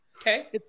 Okay